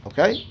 Okay